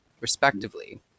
respectively